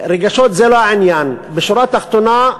רגשות זה לא העניין, בשורה התחתונה,